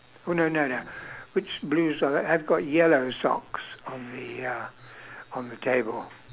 oh no no no which blues are they I've got yellow socks on the uh on the table